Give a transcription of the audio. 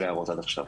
אלה ההערות עד עכשיו.